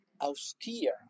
austere